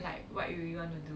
like what you really want to do